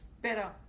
better